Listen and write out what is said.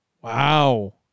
Wow